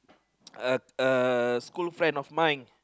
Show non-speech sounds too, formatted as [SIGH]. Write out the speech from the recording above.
[NOISE] a a school friend of mine